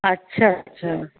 अच्छा अच्छा